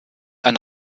ein